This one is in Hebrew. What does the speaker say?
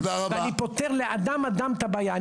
ואני פותר לאדם אדם את הבעיה.